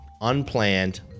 Unplanned